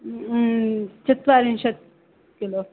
चत्वारिंशत् किलो